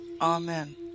Amen